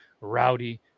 Rowdy